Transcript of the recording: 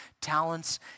talents